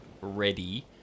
ready